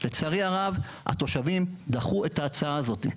לצערי הרב התושבים דחו את ההצעה הזאת,